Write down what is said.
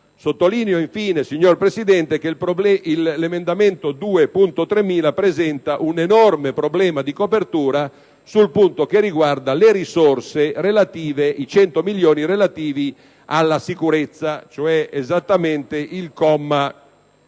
Sottolineo, infine, signor Presidente, che l'emendamento 2.3000 presenta un enorme problema di copertura sul punto che riguarda i 100 milioni relativi alla sicurezza, cioè esattamente il comma